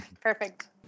Perfect